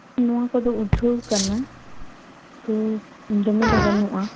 ᱱᱚᱣᱟ ᱠᱚᱫᱚ ᱩᱴᱷᱟᱹᱣ ᱟᱠᱟᱱᱟ ᱛᱚ ᱫᱚᱢᱮ ᱫᱚ ᱵᱟᱹᱱᱩᱜᱼᱟ